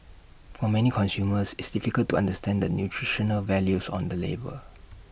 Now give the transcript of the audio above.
for many consumers it's difficult to understand the nutritional values on the label